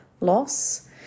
loss